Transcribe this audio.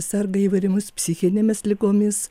serga įvairiomis psichinėmis ligomis